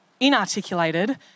inarticulated